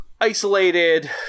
isolated